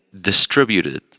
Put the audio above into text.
distributed